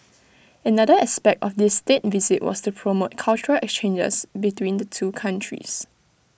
another aspect of this State Visit was to promote cultural exchanges between the two countries